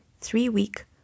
three-week